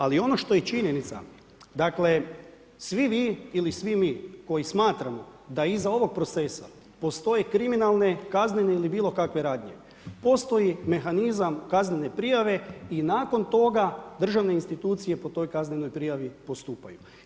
Ali ono što je činjenica, dakle svi vi ili svi mi koji smatramo da iza ovog procesa postoje kriminalne, kaznene ili bilokakve radnje, postoji mehanizam kaznene prijave i nakon toga državne institucije po toj kaznenoj prijavi postupaju.